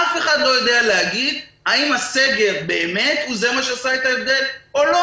אף אחד לא יודע להגיד האם הסגר באמת הוא זה שעשה את ההבדל או לא.